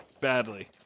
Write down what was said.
Badly